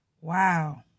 Wow